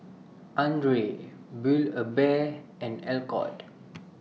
Andre Build A Bear and Alcott